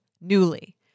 Newly